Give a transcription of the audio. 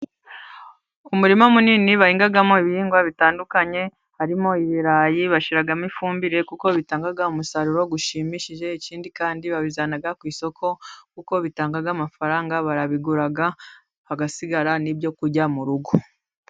Umurima munini bahingamo ibihingwa bitandukanye harimo ibirayi, bashyiramo ifumbire kuko bitanga umusaruro ushimishije, ikindi kandi babijyana ku isoko kuko bitanga amafaranga. Barabigura hagasigara n'ibyo kurya mu rugo.